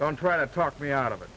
don't try to talk me out of it